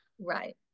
Right